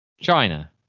china